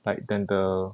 like than the